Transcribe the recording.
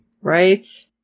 Right